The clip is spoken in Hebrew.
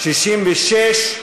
66,